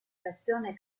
reazione